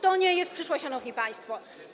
To nie jest przyszłość, szanowni państwo.